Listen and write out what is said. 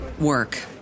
work